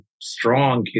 strong